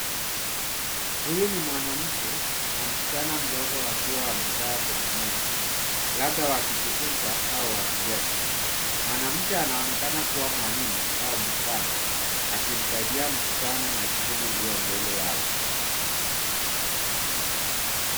Huyu ni mwanamke na msichana mdogo akiwa amekaa kwenye meza labda wakijifunza au wakicheza .Mwanamke anaonekana kuwa mwalimu au mzazi akimsaidia msichana na shughuli iliyo mbele yao.